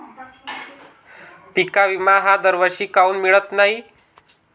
पिका विमा हा दरवर्षी काऊन मिळत न्हाई?